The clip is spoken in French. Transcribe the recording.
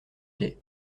quai